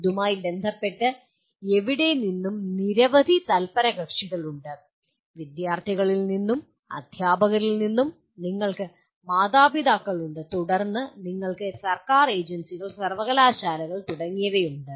ഇതുമായി ബന്ധപ്പെട്ട് എവിടെ നിന്നും നിരവധി തല്പരകക്ഷികളുണ്ട് വിദ്യാർത്ഥികളിൽ നിന്നും അധ്യാപകരിൽ നിന്നും നിങ്ങൾക്ക് മാതാപിതാക്കളുണ്ട് തുടർന്ന് നിങ്ങൾക്ക് സർക്കാർ ഏജൻസികൾ സർവ്വകലാശാലകൾ തുടങ്ങിയവയുണ്ട്